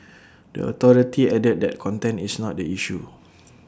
the authority added that content is not the issue